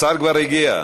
השר כבר הגיע.